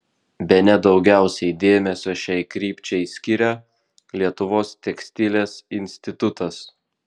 bene daugiausiai dėmesio šiai krypčiai skiria lietuvos tekstilės institutas